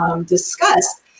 discussed